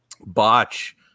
botch